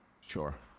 sure